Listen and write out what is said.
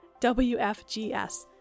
WFGS